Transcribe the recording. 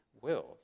wills